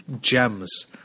gems